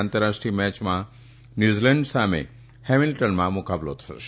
આંતરરાષ્ટ્રીય મેચમાં ન્યુઝીલેન્ડ સામે હેમીલ્ટનમાં મુકાબલો થશે